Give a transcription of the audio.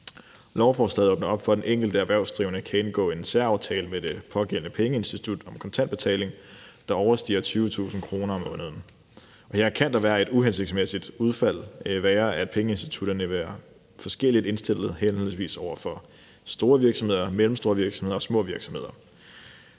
Lovforslaget åbner op for, at den enkelte erhvervsdrivende kan indgå en særaftale med det pågældende pengeinstitut om kontantbetaling, der overstiger 20.000 kr. om måneden. Her kan et uhensigtsmæssigt udfald være, at pengeinstitutterne vil være forskelligt indstillede over for henholdsvis store virksomheder, mellemstore virksomheder og små virksomheder